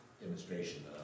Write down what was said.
demonstration